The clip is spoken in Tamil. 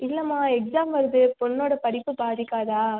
இல்லைம்மா எக்ஸாம் வருது பொண்ணோட படிப்பு பாதிக்காதா